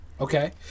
okay